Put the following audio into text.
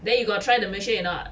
then you got try the machine or not